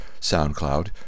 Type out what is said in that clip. SoundCloud